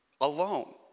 alone